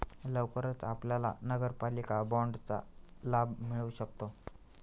लवकरच आपल्याला नगरपालिका बाँडचा लाभ मिळू शकतो